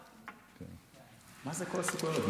מה כל הסוכריות?